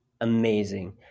amazing